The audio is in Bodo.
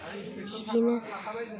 बिदिनो